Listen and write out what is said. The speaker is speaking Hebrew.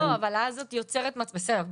בסדר,